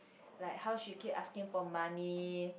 like how she keep asking for money